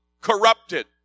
corrupted